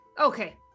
Okay